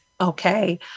Okay